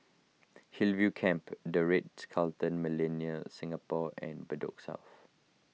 Hillview Camp the Ritz Carlton Millenia Singapore and Bedok South